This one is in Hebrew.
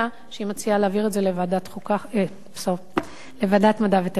שהיא מציעה להעביר את זה לוועדת המדע והטכנולוגיה.